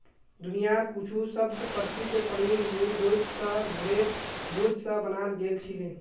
दुनियार कुछु सबस प्रसिद्ध पनीर मूल रूप स भेरेर दूध स बनाल गेल छिले